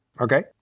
Okay